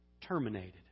terminated